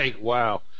wow